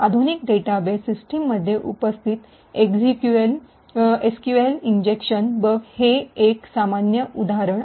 आधुनिक डेटाबेस सिस्टममध्ये उपस्थित एसक्यूएल इंजेक्शन बग हे एक सामान्य उदाहरण आहे